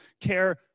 care